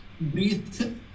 breathe